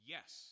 Yes